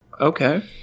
Okay